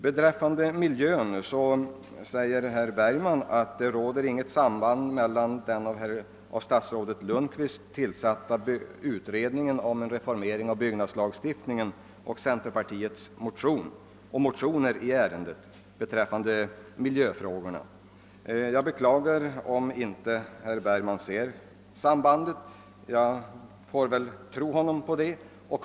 Det råder inget samband, sade herr Bergman, mellan den av statsrådet Lundkvist tillsatta utredningen om en reformering av byggnadslagstiftningen och centerpartiets motioner beträffande miljöfrågorna. Jag beklagar att herr Bergman inte ser sambandet; jag får väl försöka tro honom på hans ord.